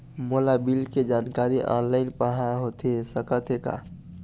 मोला बिल के जानकारी ऑनलाइन पाहां होथे सकत हे का?